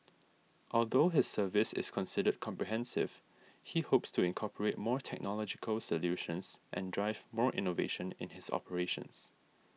although his service is considered comprehensive he hopes to incorporate more technological solutions and drive more innovation in his operations